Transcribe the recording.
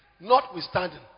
Notwithstanding